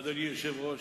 אדוני היושב-ראש,